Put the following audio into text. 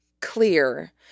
clear